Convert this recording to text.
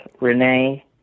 Renee